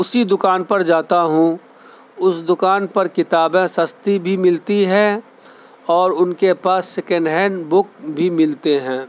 اسی دکان پر جاتا ہوں اس دکان پر کتابیں سستی بھی ملتی ہیں اور ان کے پاس سکن ہیں بک بھی ملتے ہیں